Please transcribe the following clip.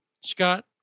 Scott